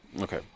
Okay